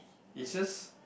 is just